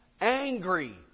Angry